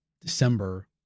December